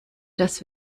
das